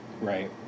Right